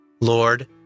Lord